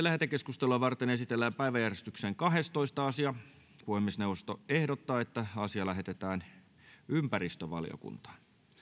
lähetekeskustelua varten esitellään päiväjärjestyksen kahdestoista asia puhemiesneuvosto ehdottaa että asia lähetetään ympäristövaliokuntaan